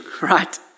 right